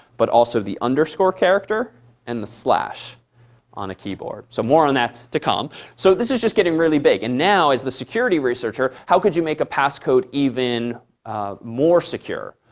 but also the underscore character and the slash on a keyboard. so more on that to come. so this is just getting really big. and now, as the security researcher, how could you make a pass code even more secure?